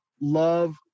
love